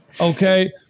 okay